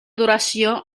duració